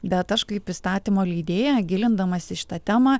bet aš kaip įstatymo leidėją gilindamasi į šitą temą